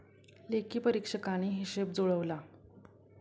लेखापरीक्षकाने हिशेब जुळवला